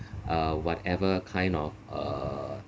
uh whatever kind of uh